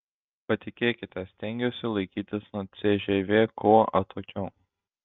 patikėkite stengiuosi laikytis nuo cžv kuo atokiau